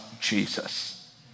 Jesus